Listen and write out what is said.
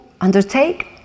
undertake